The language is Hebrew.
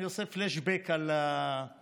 אני עושה פלשבק על החיים: